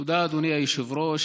תודה, אדוני היושב-ראש.